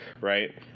right